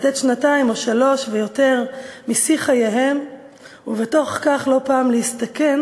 לתת שנתיים או שלוש ויותר משיא חייהם ובתוך כך לא פעם להסתכן,